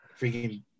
freaking